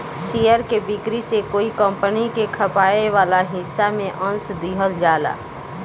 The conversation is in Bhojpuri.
शेयर के बिक्री से कोई कंपनी के खपाए वाला हिस्सा में अंस दिहल जाला